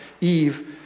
eve